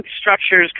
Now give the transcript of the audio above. structures